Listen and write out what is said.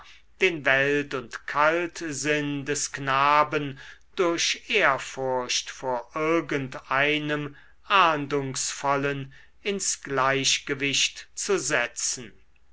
den welt und kaltsinn des knaben durch ehrfurcht vor irgend einem ahndungsvollen ins gleichgewicht zu setzen